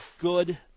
good